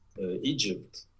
egypt